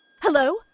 Hello